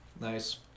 Nice